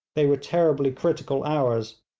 they were terribly critical hours,